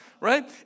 right